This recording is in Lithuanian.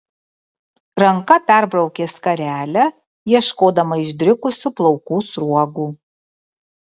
ranka perbraukė skarelę ieškodama išdrikusių plaukų sruogų